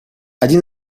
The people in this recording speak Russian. один